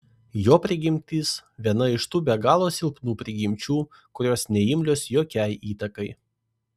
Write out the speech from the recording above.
jo prigimtis viena iš tų be galo silpnų prigimčių kurios neimlios jokiai įtakai